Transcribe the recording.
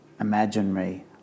imaginary